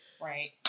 Right